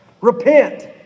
Repent